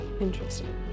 Interesting